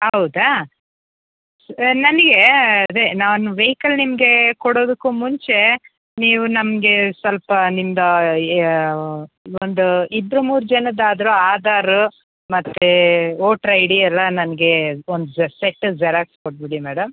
ಹೌದಾ ನನಗೆ ಅದೇ ನಾನು ವೆಹಿಕಲ್ ನಿಮಗೆ ಕೊಡೋದಕ್ಕೂ ಮುಂಚೆ ನೀವು ನಮಗೆ ಸ್ವಲ್ಪ ನಿಮ್ಮದು ಒಂದು ಇಬ್ಬರು ಮೂರು ಜನದ್ದಾದರೂ ಆಧಾರ್ ಮತ್ತು ವೋಟ್ರ ಐ ಡಿ ಎಲ್ಲ ನನಗೆ ಒಂದು ಸೆ ಸೆಟ್ ಜೆರಾಕ್ಸ್ ಕೊಟ್ಟುಬಿಡಿ ಮೇಡಮ್